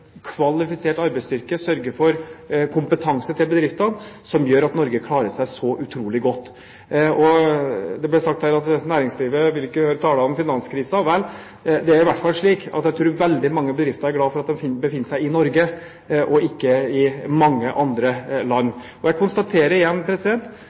kvalifisert arbeidsstyrke, sørger for kompetanse til bedriftene – som gjør at Norge klarer seg så utrolig godt. Det ble sagt her at næringslivet ikke ville høre tale om finanskrisen. Vel, det er i hvert fall slik at jeg tror veldig mange bedrifter er glad for at de befinner seg i Norge og ikke i andre land.